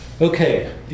Okay